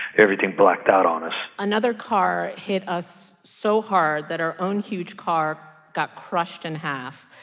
everything blacked out on us another car hit us so hard that our own huge car got crushed in half.